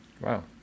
wow